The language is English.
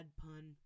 pun